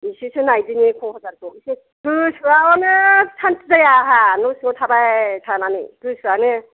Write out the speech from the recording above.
एसेसो नायदिनि क'क्राझारखौ एसे गोसोआनो सानति जाया आंहा न' सिङाव थाबाय थानानै गोसोआनो